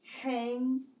hang